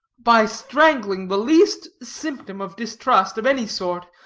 by strangling the least symptom of distrust, of any sort,